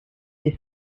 this